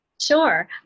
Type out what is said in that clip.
Sure